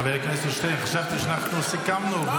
חבר הכנסת שטרן, חשבתי שאנחנו סיכמנו.